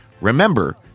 Remember